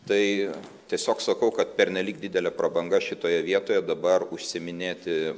tai tiesiog sakau kad pernelyg didelė prabanga šitoje vietoje dabar užsiiminėti